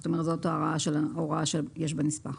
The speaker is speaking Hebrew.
זאת הוראה שיש בנספח.